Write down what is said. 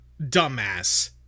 dumbass